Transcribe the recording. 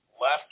left